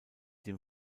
dem